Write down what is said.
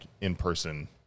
in-person